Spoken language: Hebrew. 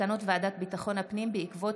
כמו כן הונחו מסקנות ועדת ביטחון הפנים בעקבות